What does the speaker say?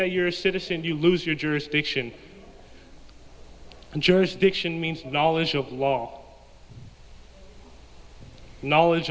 that you're a citizen you lose your jurisdiction and jurisdiction means knowledge of law knowledge